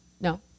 No